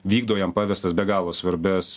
vykdo jam pavestas be galo svarbias